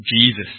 Jesus